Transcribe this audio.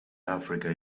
africa